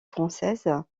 française